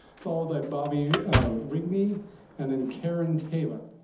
followed by bobby rigby and and karen taylor.